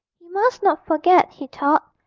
he must not forget, he thought,